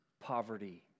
poverty